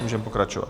Můžeme pokračovat.